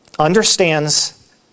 understands